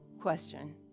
question